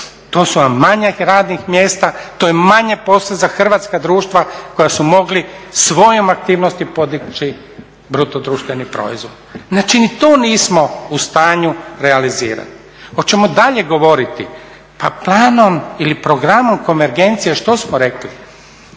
to su vam manje radnih mjesta, to je manje posla za hrvatska društva koja su mogli svojom aktivnosti podići bruto društveni proizvod. Znači, ni to nismo u stanju realizirati. Hoćemo dalje govoriti? Pa planom ili programom konvergencije što smo rekli?